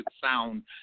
sound